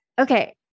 Okay